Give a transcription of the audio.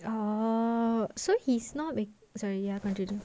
oh so he's not a sorry ya continue